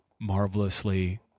marvelously